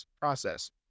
process